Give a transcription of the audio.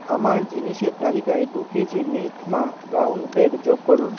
আমার জিনিসের তালিকায় দু কেজি মিল্ক মা ব্রাউন ব্রেড যোগ করুন